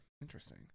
Interesting